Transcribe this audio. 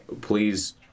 please